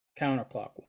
counterclockwise